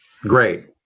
Great